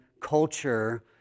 culture